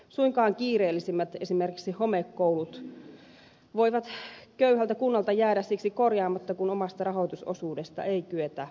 esimerkiksi kiireellisimmät homekoulut voivat köyhältä kunnalta jäädä siksi korjaamatta kun omasta rahoitusosuudesta ei kyetä vastaamaan